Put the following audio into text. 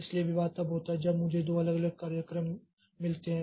इसलिए विवाद तब होता है जब मुझे दो अलग अलग कार्यक्रम मिलते हैं